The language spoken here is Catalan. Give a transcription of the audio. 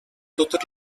totes